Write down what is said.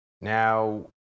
Now